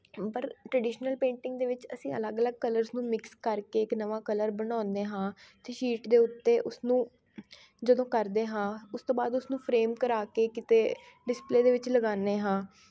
ਪਰ traditional painting ਦੇ ਵਿੱਚ ਅਸੀਂ ਅਲੱਗ ਅਲੱਗ ਕਲਰਸ ਨੂੰ ਮਿਕਸ ਕਰਕੇ ਇੱਕ ਨਵਾਂ ਕਲਰ ਬਣਾਉਂਦੇ ਹਾਂ ਅਤੇ ਸ਼ੀਟ ਦੇ ਉੱਤੇ ਉਸਨੂੰ ਜਦੋਂ ਕਰਦੇ ਹਾਂ ਉਸ ਤੋਂ ਬਾਅਦ ਉਸ ਨੂੰ ਫਰੇਮ ਕਰਾ ਕੇ ਕਿਤੇ ਡਿਸਪਲੇਅ ਦੇ ਵਿੱਚ ਲਗਾਉਂਦੇ ਹਾਂ